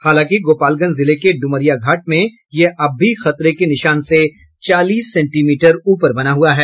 हालांकि गोपालगंज जिले के डुमरियाघाट में यह अब भी खतरे के निशान से चालीस सेंटीमीटर ऊपर बना हुआ है